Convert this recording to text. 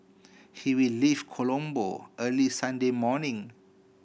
he will leave Colombo early Sunday morning